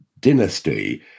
dynasty